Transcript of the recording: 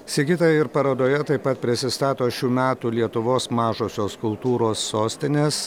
sigita ir parodoje taip pat prisistato šių metų lietuvos mažosios kultūros sostinės